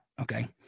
okay